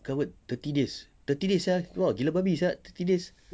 covered thirty days thirty days [sial] !wah! gila babi sia thirty days